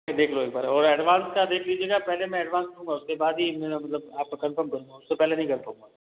आके देख लो एक बार और ऐड्वैन्स का देख लीजिएगा पहले मैं ऐड्वैन्स लूँगा उसके बाद ही मतलब आपको कन्फर्म कर दूँगा उससे पहले नहीं करूंगा